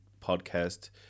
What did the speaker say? podcast